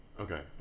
Okay